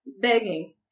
begging